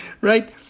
Right